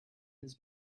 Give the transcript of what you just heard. his